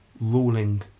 ruling